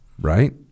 right